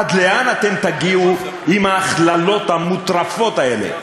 עד לאן אתם תגיעו עם ההכללות המוטרפות האלה?